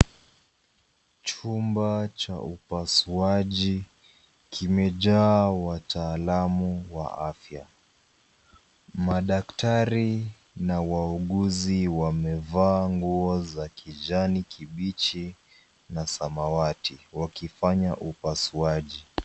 Chumba cha upasuaji kimejaa wataalamu wa afya. Madaktari na wauguzi wamevaa nguo za kijani kibichi na samawati wakifanya upasuaji.